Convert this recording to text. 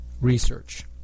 research